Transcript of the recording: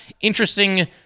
interesting